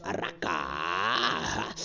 raka